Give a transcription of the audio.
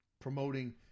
promoting